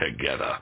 together